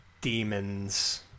demons